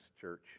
church